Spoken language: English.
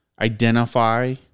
identify